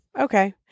Okay